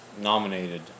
nominated